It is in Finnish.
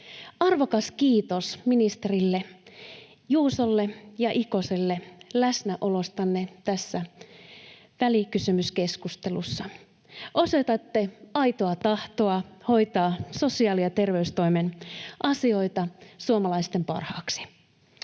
Arvokas kiitos ministereille, Juusolle ja Ikoselle, läsnäolostanne tässä välikysymyskeskustelussa. Osoitatte aitoa tahtoa hoitaa sosiaali- ja terveystoimen asioita suomalaisten parhaaksi.